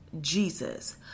Jesus